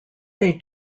they